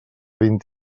vint